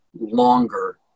longer